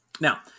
Now